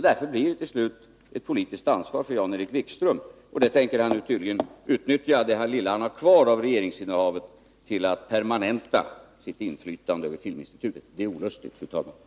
Därför blir ett beslut ett politiskt ansvar för Jan-Erik Wikström, och nu tänker han tydligen utnyttja det lilla han har kvar av regeringsinnehavet till att permanenta sitt inflytande över institutet. Det är olustigt, fru talman.